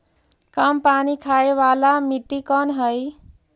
कम पानी खाय वाला मिट्टी कौन हइ?